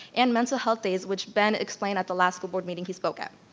and mental health days, which ben explained at the last school board meeting he spoke at.